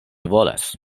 volas